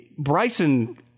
Bryson